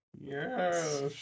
Yes